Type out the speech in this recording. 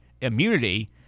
immunity